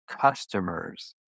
customers